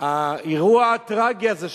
האירוע הטרגי הזה שהתרחש,